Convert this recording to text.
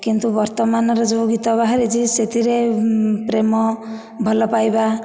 କିନ୍ତୁ ବର୍ତ୍ତମାନର ଯେଉଁ ଗୀତ ବାହାରିଛି ସେଥିରେ ପ୍ରେମ ଭଲ ପାଇବା